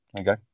okay